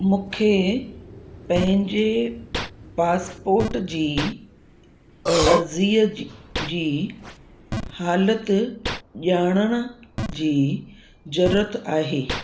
मूंखे पंहिंजे पासपोर्ट जी अर्ज़ीअ जी हालति ॼाणण जी ज़रूरत आहे